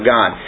God